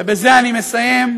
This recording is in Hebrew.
ובזה אני מסיים,